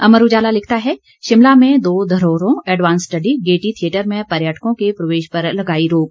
अमर उजाला लिखता है शिमला में दो धरोहरों एडवांस्ड स्टडी गेयटी थियेटर में पर्यटकों के प्रवेश पर लगाई रोक